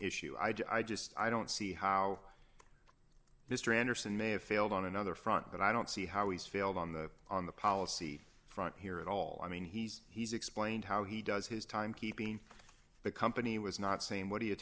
issue i just i don't see how mr anderson may have failed on another front but i don't see how he's failed on the on the policy front here at all i mean he's he's explained how he does his time keeping the company was not same what are you